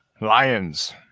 lions